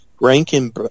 Rankin